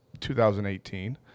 2018